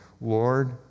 Lord